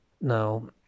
Now